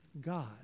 God